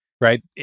Right